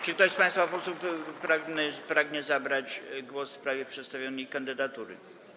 Czy ktoś z państwa posłów pragnie zabrać głos w sprawie przedstawionej kandydatury?